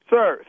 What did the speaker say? Sir